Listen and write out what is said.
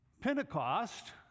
Pentecost